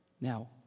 Now